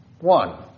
One